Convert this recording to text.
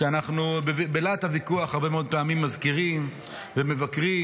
כשאנחנו בלהט הוויכוח הרבה מאוד פעמים מזכירים ומבקרים: